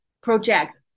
project